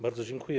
Bardzo dziękuję.